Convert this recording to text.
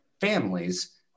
families